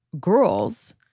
girls